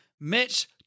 Mitch